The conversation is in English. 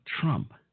Trump